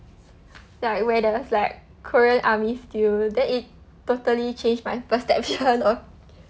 like where there was like korean army stew then it totally changed my perception of